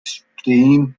steam